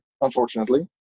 unfortunately